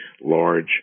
large